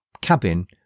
cabin